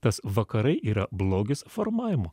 tas vakarai yra blogis formavimu